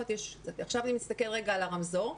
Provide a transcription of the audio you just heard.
עכשיו, אם נסתכל רגע על הרמזור,